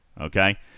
Okay